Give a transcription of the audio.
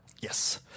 Yes